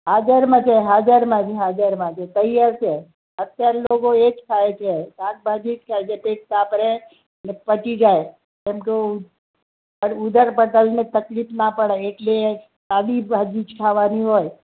હાજરમાં છે હાજરમાં ને હાજરમાં જ છે તૈયાર છે અત્યારે લોકો એ જ ખાય છે શાકભાજી જ ખાય છે પેટ સાફ રહે અને પચી જાય કેમ કે ઉ ઉદર પટલને તકલીફ ના પડે એટલે સાદી ભાજી જ ખાવાની હોય